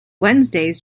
wednesdays